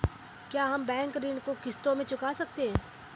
क्या हम बैंक ऋण को किश्तों में चुका सकते हैं?